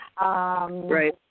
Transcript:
Right